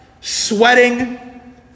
sweating